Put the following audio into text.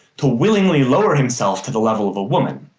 to willingly lower himself to the level of a woman.